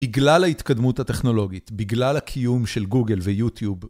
בגלל ההתקדמות הטכנולוגית, בגלל הקיום של גוגל ויוטיוב.